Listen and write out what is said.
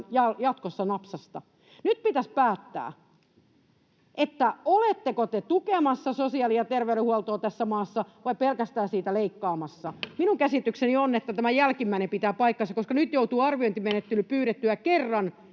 jatkossa napsasta. Nyt pitäisi päättää, oletteko te tukemassa sosiaali- ja terveydenhuoltoa tässä maassa vai pelkästään siitä leikkaamassa. Minun käsitykseni on, että tämä jälkimmäinen pitää paikkansa, koska nyt pyydettyään kerran